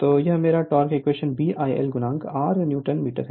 तो यह मेरा torque equation B IL r newton metre है